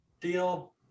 deal